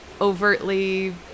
overtly